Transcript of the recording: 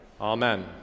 Amen